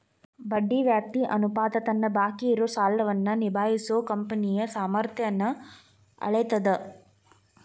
ಬಡ್ಡಿ ವ್ಯಾಪ್ತಿ ಅನುಪಾತ ತನ್ನ ಬಾಕಿ ಇರೋ ಸಾಲವನ್ನ ನಿಭಾಯಿಸೋ ಕಂಪನಿಯ ಸಾಮರ್ಥ್ಯನ್ನ ಅಳೇತದ್